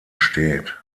steht